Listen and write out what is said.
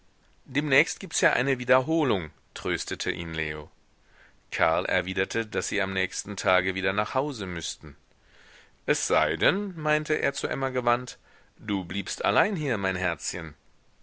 demnächst gibts ja eine wiederholung tröstete ihn leo karl erwiderte daß sie am nächsten tage wieder nach hause müßten es sei denn meinte er zu emma gewandt du bliebst allein hier mein herzchen